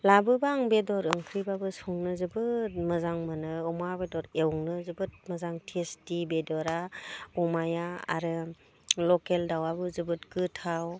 लाबोब्ला आं बेदर ओंख्रिब्लाबो संनो जोबोद मोजां मोनो अमा बेदर एवनो जोबोद मोजां टेस्टि बेदरा अमाया आरो लकेल दाउआबो जोबोद गोथाव